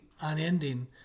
unending